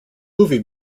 movie